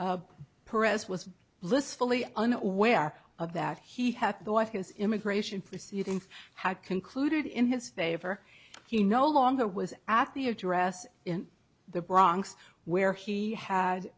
mister perez was blissfully unaware of that he had thought his immigration proceedings had concluded in his favor he no longer was at the address in the bronx where he had